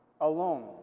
alone